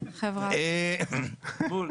נצבא בעין.